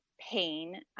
pain